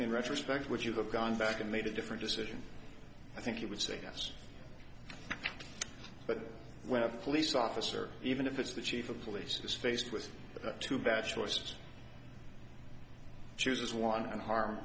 in retrospect would you have gone back and made a different decision i think you would say yes but when a police officer even if it's the chief of police is faced with two bad choices chooses one and harm